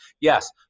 Yes